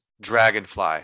dragonfly